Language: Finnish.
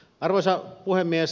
arvoisa puhemies